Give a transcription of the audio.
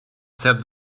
said